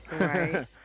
Right